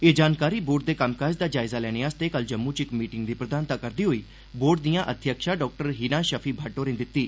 ए जानकारी बोर्ड दे कम्मकाज दा जायज़ा लैने आस्तै कल जम्मू च इक मीटिंग दी प्रधानता करदे होई बोर्ड दियां अध्यक्षा डाक्टर हिना शफी भट्ट होरें दिती